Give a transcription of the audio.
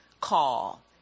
call